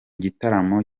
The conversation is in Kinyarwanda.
gitaramo